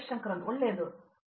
ಶಂಕರನ್ ಹೌದು ಒಳ್ಳೆಯದು ಒಳ್ಳೆಯದು